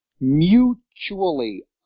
mutually